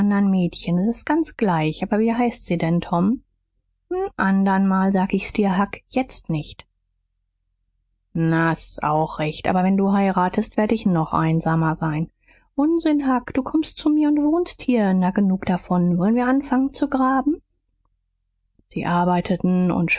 mädchen s ist ganz gleich aber wie heißt sie denn tom n andermal sag ich's dir huck jetzt nicht na s auch recht aber wenn du heiratest werd ich noch einsamer sein unsinn huck du kommst zu mir und wohnst hier na genug davon wollen wir anfangen zu graben sie arbeiteten